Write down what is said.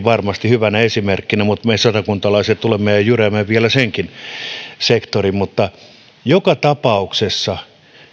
varmasti hyvänä esimerkkinä mutta me satakuntalaiset tulemme ja jyräämme vielä senkin sektorin mutta joka tapauksessa